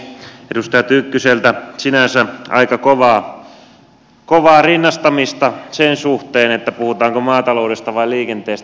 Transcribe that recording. edustaja tynkkyseltä sinänsä aika kovaa rinnastamista sen suhteen puhutaanko maataloudesta vai liikenteestä